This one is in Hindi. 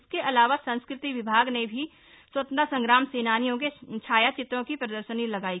इसके अलावा संस्कृति विभाग ने स्वतंत्रता संग्राम सेनानियों के छाया चित्रों की प्रदर्शनी लगायी